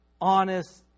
honest